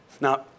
Now